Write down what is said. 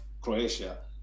Croatia